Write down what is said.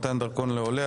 מתן דרכון לעולה),